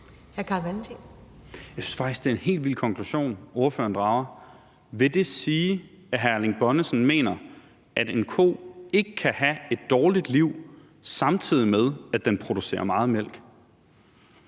Jeg synes faktisk, det er en helt vild konklusion, ordføreren drager. Vil det sige, at hr. Erling Bonnesen mener, at en ko ikke kan have et dårligt liv, samtidig med at den producerer meget mælk?